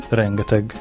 rengeteg